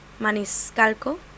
maniscalco